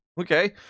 okay